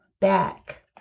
back